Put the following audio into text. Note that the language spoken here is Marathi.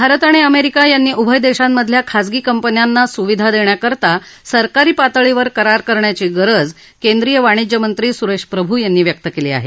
भारत आणि अमेरिका यांनी उभय देशांमधल्या खाजगी कंपन्यांना सुविधा देण्याकरता सरकारी पातळीवर करार करण्याची गरज केंद्रिय वाणिज्यमंत्री सुरेश प्रभू यांनी व्यक्त केली आहे